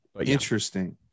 Interesting